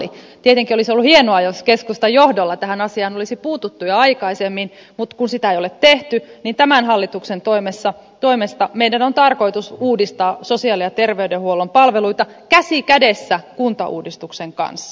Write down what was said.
tietenkin olisi ollut hienoa jos keskustan johdolla tähän asiaan olisi puututtu jo aikaisemmin mutta kun sitä ei ole tehty niin tämän hallituksen toimesta meidän on tarkoitus uudistaa sosiaali ja terveydenhuollon palveluita käsi kädessä kuntauudistuksen kanssa